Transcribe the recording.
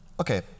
okay